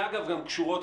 שאגב גם קשורות,